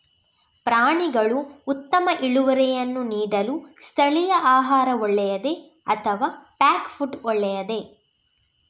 ಪ್ರಾಣಿಗಳು ಉತ್ತಮ ಇಳುವರಿಯನ್ನು ನೀಡಲು ಸ್ಥಳೀಯ ಆಹಾರ ಒಳ್ಳೆಯದೇ ಅಥವಾ ಪ್ಯಾಕ್ ಫುಡ್ ಒಳ್ಳೆಯದೇ?